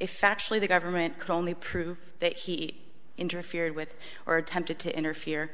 if actually the government could only prove that he interfered with or attempted to interfere